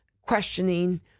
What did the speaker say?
questioning